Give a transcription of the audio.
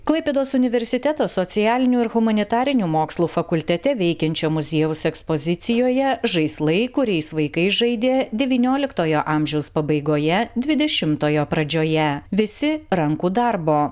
klaipėdos universiteto socialinių ir humanitarinių mokslų fakultete veikiančio muziejaus ekspozicijoje žaislai kuriais vaikai žaidė devynioliktojo amžiaus pabaigoje dvidešimtojo pradžioje visi rankų darbo